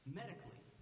medically